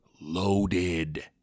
loaded